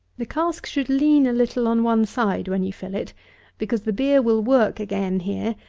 the cask should lean a little on one side, when you fill it because the beer will work again here,